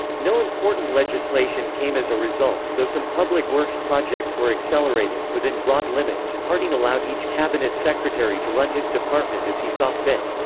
no important legislation came as a result, though some public works projects were accelerated within broad limits, harding allowed each cabinet secretary to run his department as he saw fit.